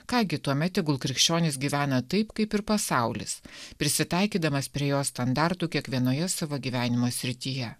ką gi tuomet tegul krikščionys gyvena taip kaip ir pasaulis prisitaikydamas prie jo standartų kiekvienoje savo gyvenimo srityje